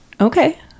okay